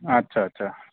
আচ্ছা আচ্ছা